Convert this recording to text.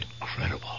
incredible